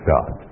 God